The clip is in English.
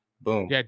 Boom